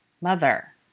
Mother